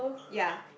ya